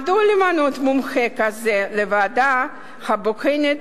מדוע למנות מומחה כזה לוועדה הבוחנת